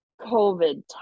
COVID